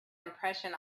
impression